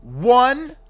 one